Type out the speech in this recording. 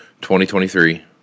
2023